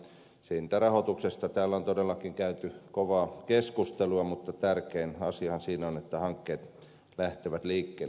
rahoituksesta täällä on todellakin käyty kovaa keskustelua mutta tärkein asiahan siinä on että hankkeet lähtevät liikkeelle